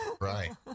Right